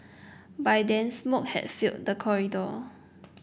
by then smoke had filled the corridor